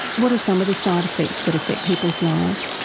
what are some of the side effects that affect people's lives?